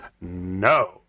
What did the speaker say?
No